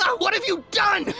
um what have you done?